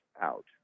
out